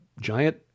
giant